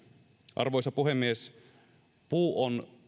arvoisa puhemies puu on